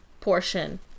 portion